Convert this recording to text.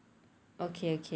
okay okay